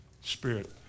spirit